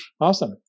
Awesome